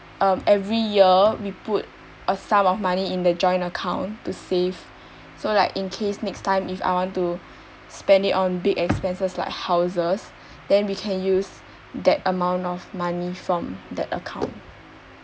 uh every year we put a some of money in the joint account to save so like in case next time if I want to spend it on big expenses like houses then we can use that amount of money from that account